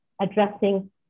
addressing